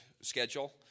schedule